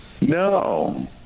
No